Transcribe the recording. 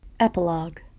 Epilogue